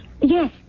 Yes